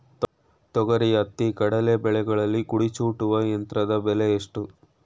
ತೊಗರಿ, ಹತ್ತಿ, ಕಡಲೆ ಬೆಳೆಗಳಲ್ಲಿ ಕುಡಿ ಚೂಟುವ ಯಂತ್ರದ ಬೆಲೆ ಎಷ್ಟು?